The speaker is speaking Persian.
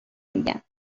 میگن